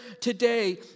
today